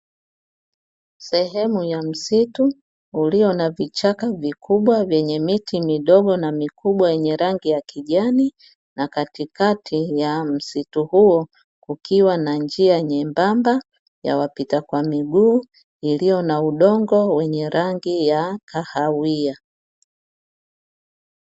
Sehemu ya msitu ulio na vichaka vikubwa vyenye miti midogo na mikubwa yenye rangi ya kijani, na katikati ya msitu huo kukiwa na njia nyembamba ya wapita kwa miguu, iliyo na udongo wenye rangi ya kahawia.